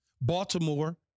Baltimore